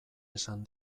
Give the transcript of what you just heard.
esan